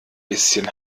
bisschen